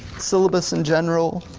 syllabus in general?